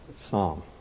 psalm